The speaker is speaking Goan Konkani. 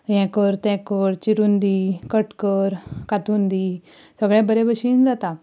हें कर तें कर चिरून दी कट कर कांथून दी सगळें बरे भशेन जाता